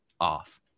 off